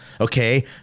okay